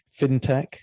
fintech